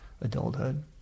adulthood